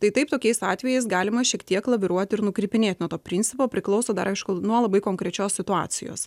tai taip tokiais atvejais galima šiek tiek laviruoti ir nukreipinėti nuo to principo priklauso dar aišku nuo labai konkrečios situacijos